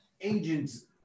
agents